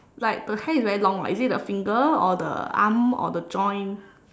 like the hair is very long [what] is it at the finger or the arm or the joint